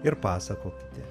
ir pasakokite